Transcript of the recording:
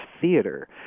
theater